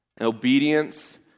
obedience